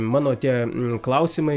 mano tie klausimai